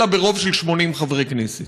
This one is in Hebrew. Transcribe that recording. אלא ברוב של 80 חברי כנסת.